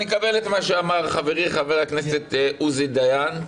אני מקבל את מה שאמר חברי חבר הכנסת עוזי דיין.